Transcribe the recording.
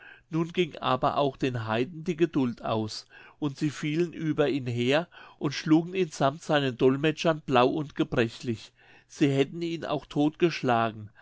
nun ging aber auch den heiden die geduld aus und sie fielen über ihn her und schlugen ihn sammt seinen dolmetschern blau und gebrechlich sie hätten ihn auch